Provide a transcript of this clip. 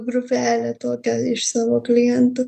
grupelę tokią iš savo klientų